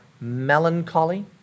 melancholy